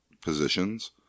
positions